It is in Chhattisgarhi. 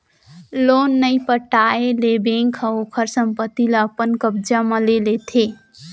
लोन नइ पटाए ले बेंक ह ओखर संपत्ति ल अपन कब्जा म ले लेथे